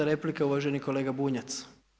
4. replika uvaženi kolega Bunjac.